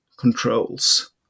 controls